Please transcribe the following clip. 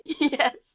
Yes